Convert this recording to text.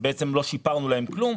בעצם לא שיפרנו להם כלום.